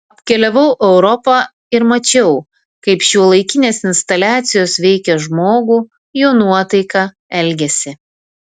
apkeliavau europą ir mačiau kaip šiuolaikinės instaliacijos veikia žmogų jo nuotaiką elgesį